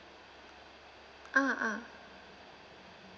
ah ah